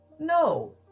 No